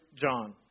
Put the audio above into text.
John